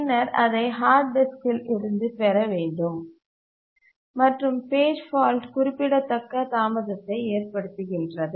பின்னர் அதை ஹார்ட் டிஸ்க்கில் இருந்து பெற வேண்டும் மற்றும் பேஜ் ஃபால்ட் குறிப்பிடத்தக்க தாமதத்தை ஏற்படுத்துகின்றது